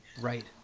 Right